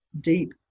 deep